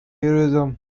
heroism